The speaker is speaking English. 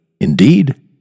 indeed